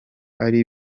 ari